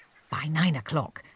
by nine o'clock,